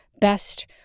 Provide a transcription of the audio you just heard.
best